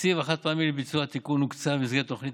התקציב החד-פעמי לביצוע התיקון הוקצה במסגרת תוכנית